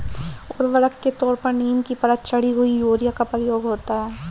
उर्वरक के तौर पर नीम की परत चढ़ी हुई यूरिया का प्रयोग होता है